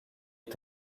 est